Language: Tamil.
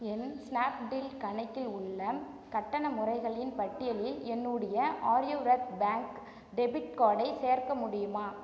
என் ஸ்னாப்டீல் கணக்கில் உள்ள கட்டண முறைகளின் பட்டியலில் என்னுடைய ஆரியவ்ரத் பேங்க் டெபிட் கார்டை சேர்க்க முடியுமா